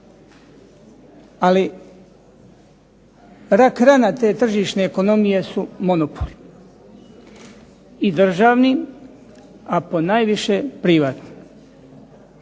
Ali rak rana te tržišne ekonomije su monopoli, i državni, a ponajviše privatni.